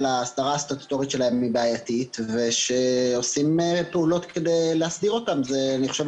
ההחלטה הייתה שאם יקודם שם אתר אז לא יהיה שם